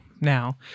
now